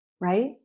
Right